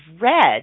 red